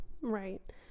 Right